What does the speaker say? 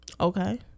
Okay